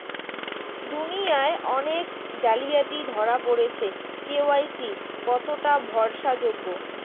দুনিয়ায় অনেক জালিয়াতি ধরা পরেছে কে.ওয়াই.সি কতোটা ভরসা যোগ্য?